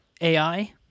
AI